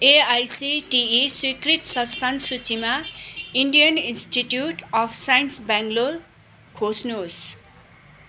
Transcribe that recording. AICTE स्वीकृत संस्थान सूचीमा Indian Institute of Science Bangalore खोज्नुहोस्